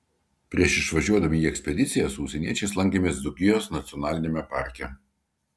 prieš išvažiuodami į ekspediciją su užsieniečiais lankėmės dzūkijos nacionaliniame parke